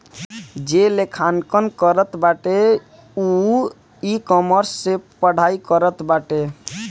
जे लेखांकन करत बाटे उ इकामर्स से पढ़ाई करत बाटे